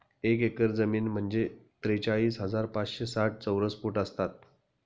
एक एकर जमीन म्हणजे त्रेचाळीस हजार पाचशे साठ चौरस फूट असतात